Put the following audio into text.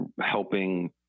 helping